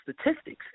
statistics